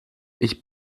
ich